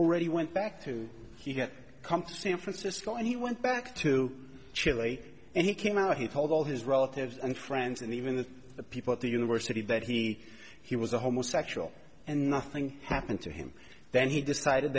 already went back to get come to san francisco and he went back to chile and he came out he told all his relatives and friends and even the people at the university that he he was a homosexual and nothing happened to him then he decided